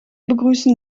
begrüßen